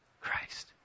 Christ